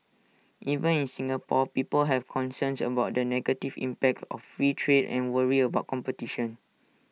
even in Singapore people have concerns about the negative impact of free trade and worry about competition